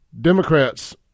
Democrats